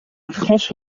achos